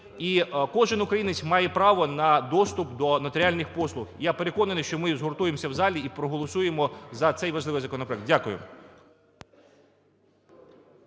І кожен українець має право на доступ до нотаріальних послуг. Я переконаний, що ми згуртуємось в залі і проголосуємо за цей важливий законопроект. Дякую.